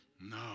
No